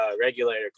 regulator